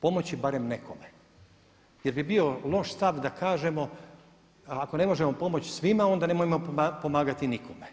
Pomoći barem nekome jer bi bio loš stav da kažemo ako ne možemo pomoći svima ona nemojmo pomagati nikome.